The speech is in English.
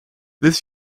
this